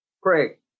Craig